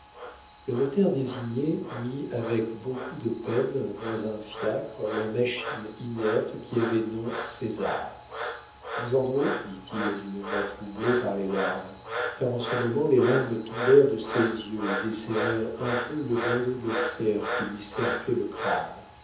le notaire désigné mit avec beaucoup de peine dans un fiacre la machine inerte qui avait nom césar xandrot dit-il d'une voix troublée par les larmes car en ce moment les larmes tombèrent de ses yeux et desserrèrent un peu le bandeau de fer qui lui cerclait le crâne